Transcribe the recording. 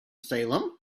salem